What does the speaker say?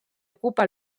ocupa